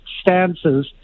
stances